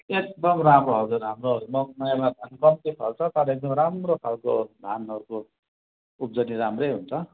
एकदम राम्रो हजुर हाम्रो मङमायामा धान कम्ती फल्छ तर एकदम राम्रो खालको धानहरूको उब्जनी राम्रै हुन्छ